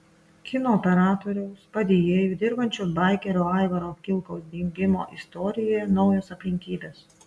kino operatoriaus padėjėju dirbančio baikerio aivaro kilkaus dingimo istorijoje naujos aplinkybės